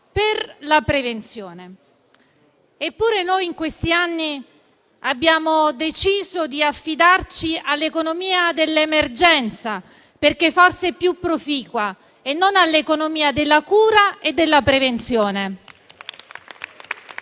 per la prevenzione. Eppure in questi anni abbiamo deciso di affidarci all'economia dell'emergenza, perché forse è più proficua, e non all'economia della cura e della prevenzione.